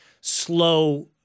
slow